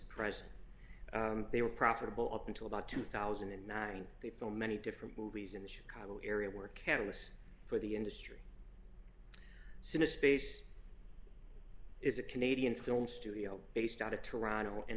present they were profitable up until about two thousand and nine the film many different movies in the chicago area were catalysts for the industry so myspace is a canadian film studio based out of toronto and